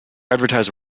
advertise